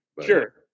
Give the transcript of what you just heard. Sure